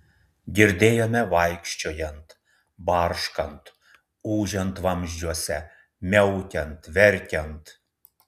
girdėjome vaikščiojant barškant ūžiant vamzdžiuose miaukiant verkiant